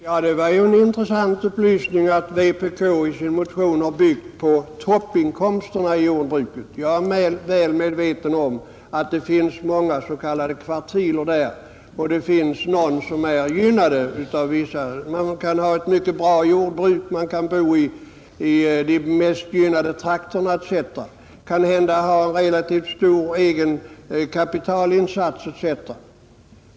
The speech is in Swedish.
Herr talman! Det var en intressant upplysning att vpk i sin motion har byggt på toppinkomsterna i jordbruket. Jag är väl medveten om att det finns många s.k. kvartiler, och det finns de som är gynnade av vissa omständigheter. Man kan ha ett mycket bra jordbruk, man kan bo i de mest gynnade trakterna, man kan ha relativt stor egen kapitalinsats etc.